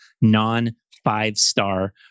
non-five-star